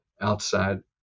outside